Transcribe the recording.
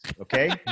okay